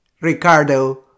Ricardo